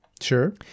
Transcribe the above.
Sure